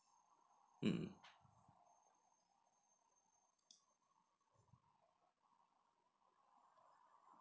mm